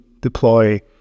deploy